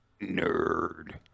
Nerd